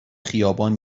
خیابان